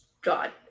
god